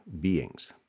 beings